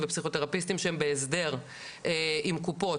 ופסיכותרפיסטים שהם בהסדר עם קופות,